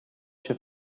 się